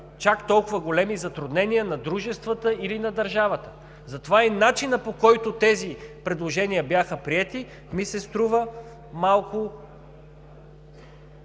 чак толкова големи затруднения на дружествата или на държавата. Затова и начинът, по който тези предложения бяха приети, ми се струва малко